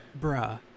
bruh